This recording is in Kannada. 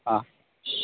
ಹಾಂ